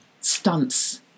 stunts